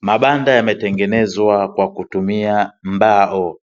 Mabanda yametengenezwa kwa kutumia mbao.